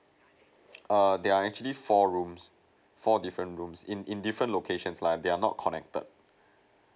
err there are actually four rooms four different rooms in in different locations like they are not connected